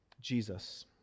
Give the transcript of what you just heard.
Jesus